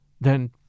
Then